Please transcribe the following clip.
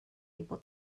able